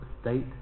state